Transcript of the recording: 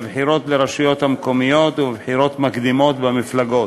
בבחירות לרשויות מקומיות ובבחירות מקדימות במפלגות.